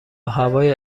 هوای